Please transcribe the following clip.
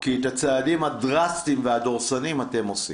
כי את הצעדים הדרסטיים והדורסניים אתם עושים.